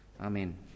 Amen